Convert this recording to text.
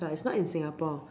is not in Singapore